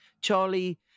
Charlie